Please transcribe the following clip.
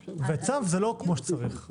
וצו זה לא כמו שצריך.